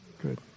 Good